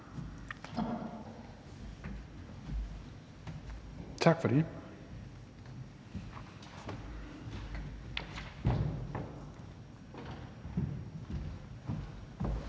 Tak for det.